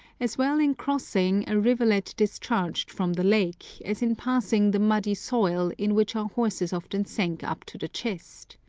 as well in crossing a rivulet discharged from the lake, as in passing the muddy soil, in which our horses often sank up to the chest.